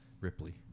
Ripley